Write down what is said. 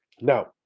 Now